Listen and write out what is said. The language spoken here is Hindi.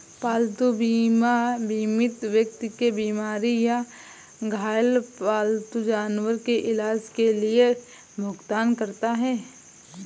पालतू बीमा बीमित व्यक्ति के बीमार या घायल पालतू जानवर के इलाज के लिए भुगतान करता है